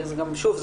ושוב,